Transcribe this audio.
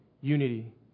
unity